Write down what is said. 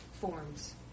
forms